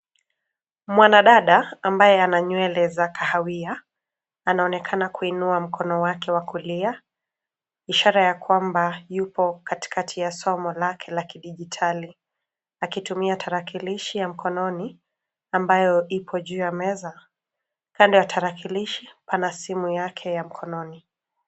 Mwanadada ambaye ana nywele za kahawia, anaonekana kuinua mkono wake wa kulia, ishara yakwamba yupo katikati ya somo lake la kidijitali akitumia tarakilishi ya mkononi ambayo iko juu ya meza, kando ya tarakilishi pana simu yake ya mkononi.